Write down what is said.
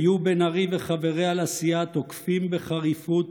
היו בן ארי וחבריה לסיעה תוקפים בחריפות